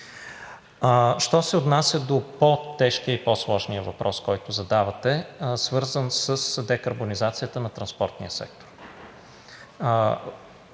Що се отнася до по-тежкия и по-сложния въпрос, който задавате, свързан с декарбонизацията на транспортния сектор.